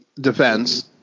defense